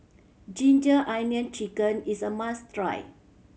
ginger onion chicken is a must try